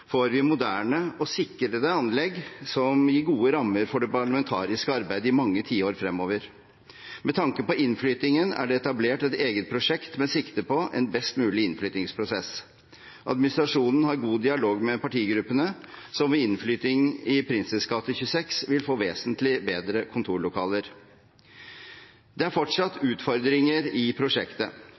får vi moderne og sikre anlegg som gir gode rammer for det parlamentariske arbeidet i mange tiår fremover. Med tanke på innflyttingen er det etablert et eget prosjekt, med sikte på en best mulig innflyttingsprosess. Administrasjonen har god dialog med partigruppene, som ved innflytting i Prinsens gate 26 vil få vesentlig bedre kontorlokaler. Det er fortsatt utfordringer i prosjektet.